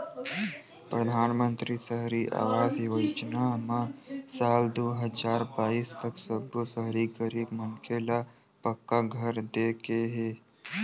परधानमंतरी सहरी आवास योजना म साल दू हजार बाइस तक सब्बो सहरी गरीब मनखे ल पक्का घर दे के हे